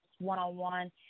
one-on-one